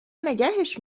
نگهش